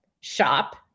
shop